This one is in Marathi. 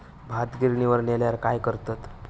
भात गिर्निवर नेल्यार काय करतत?